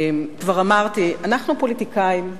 כבר אמרתי, אנחנו פוליטיקאים,